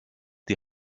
die